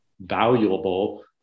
valuable